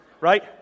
right